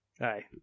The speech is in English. Aye